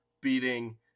beating